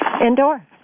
indoor